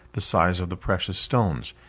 the size of the precious stones,